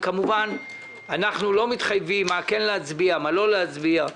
אנחנו כמובן לא מתחייבים מה כן להצביע ומה לא להצביע,